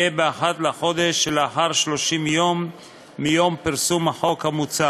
תהיה ב-1 בחודש שלאחר 30 יום מיום פרסום החוק המוצע,